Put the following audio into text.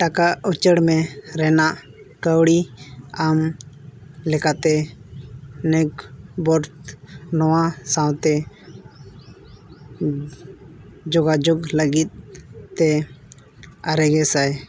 ᱴᱟᱠᱟ ᱩᱪᱟᱹᱲ ᱢᱮ ᱨᱮᱱᱟᱜ ᱠᱟᱹᱣᱰᱤ ᱟᱢ ᱞᱮᱠᱟᱛᱮ ᱱᱤᱠᱵᱳᱴ ᱱᱚᱣᱟ ᱥᱟᱶᱛᱮ ᱡᱳᱜᱟᱡᱳᱜᱽ ᱞᱟᱹᱜᱤᱫᱛᱮ ᱟᱨᱮ ᱜᱮ ᱥᱟᱭ